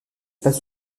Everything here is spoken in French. pas